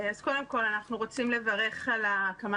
אז קודם כל אנחנו רוצים לברך על ההקמה